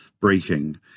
breaking